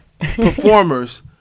performers